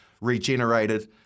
regenerated